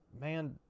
Man